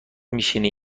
میشینی